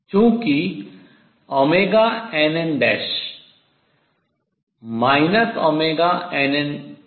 चूँकि nn nn है